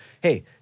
Hey